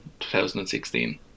2016